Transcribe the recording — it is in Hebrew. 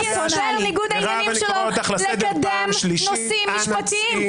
לפי הסדר ניגוד העניינים שלו לקדם נושאים משפטיים.